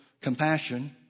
compassion